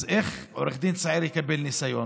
אז איך עורך דין צעיר יקבל ניסיון?